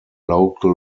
local